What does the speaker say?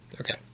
Okay